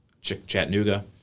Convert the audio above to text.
Chattanooga